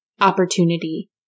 opportunity